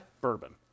Bourbon